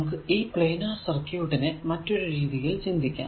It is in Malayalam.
നമുക്ക് ഈ പ്ലാനാർ സർക്യൂട്ടിനെ മറ്റൊരു രീതിയിൽ ചിന്തിക്കാം